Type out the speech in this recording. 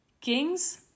Kings